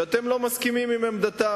שאתם לא מסכימים עם עמדתה,